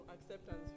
acceptance